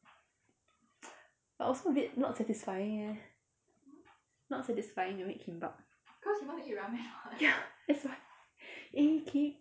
but also a bit not satisfying eh not satisfying to make kimbap ya that's why eh can you